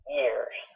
years